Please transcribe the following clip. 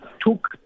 took